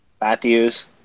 Matthews